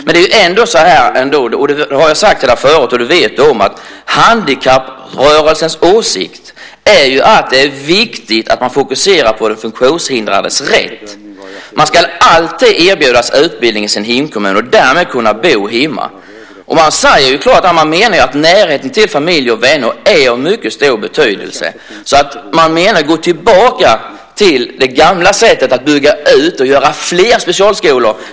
Handikapprörelsens åsikt är - det har jag sagt förut, och det vet du om - att det är viktigt att man fokuserar på den funktionshindrades rätt. Eleverna ska alltid erbjudas utbildning i sin hemkommun och därmed kunna bo hemma. Man menar att närheten till familj och vänner är av mycket stor betydelse. Det är ingen lösning att gå tillbaka till det gamla sättet och bygga ut och göra fler specialskolor.